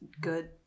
good